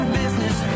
business